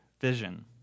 vision